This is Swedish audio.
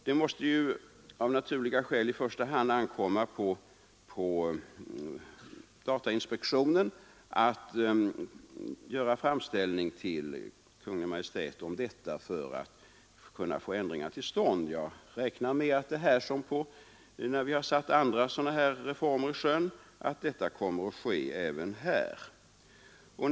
Det måste av naturliga skäl i första hand ankomma på datainspektionen att göra framställning till Kungl. Maj:t om detta för att kunna få ändringar till stånd. Jag räknar med att detta kommer att ske även här, liksom när vi satt andra sådana reformer i sjön.